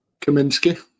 Kaminsky